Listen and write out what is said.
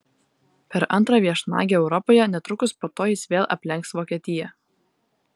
per antrą viešnagę europoje netrukus po to jis vėl aplenks vokietiją